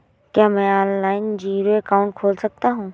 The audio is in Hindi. क्या मैं ऑनलाइन जीरो अकाउंट खोल सकता हूँ?